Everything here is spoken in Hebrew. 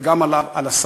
וגם על השר,